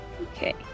Okay